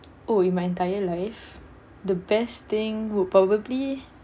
oh in my entire life the best thing would probably